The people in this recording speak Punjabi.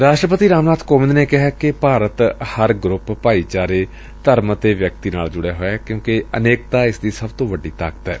ਰਾਸਟਰਪਤੀ ਰਾਮਨਾਥ ਕੋਵਿੰਦ ਨੇ ਕਿਹੈ ਕਿ ਭਾਰਤ ਹਰ ਗਰੁਪ ਭਾਈਚਾਰੇ ਧਰਮ ਅਤੇ ਵਿਅਕਤੀ ਨਾਲ ਜੁਤਿਆ ਹੋਇਐ ਕਿਉਂਕਿ ਅਨੇਕਤਾ ਇਸ ਦੀ ਸਭ ਤੋਂ ਵੱਡੀ ਤਾਕਤ ਏ